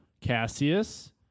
Cassius